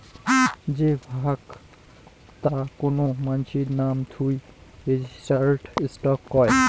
যে ভাগ তা কোন মানাসির নাম থুই রেজিস্টার্ড স্টক কয়